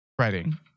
writing